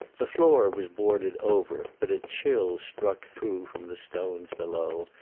the floor was boarded over, but a chill struck through from the stones below,